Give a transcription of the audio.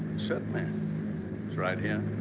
certainly. it's right here.